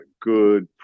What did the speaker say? good